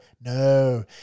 No